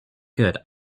good